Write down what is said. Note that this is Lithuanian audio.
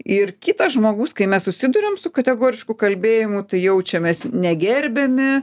ir kitas žmogus kai mes susiduriam su kategorišku kalbėjimu jaučiamės negerbiami